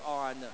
on